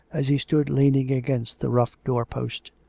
as he stood leaning against the rough door-post.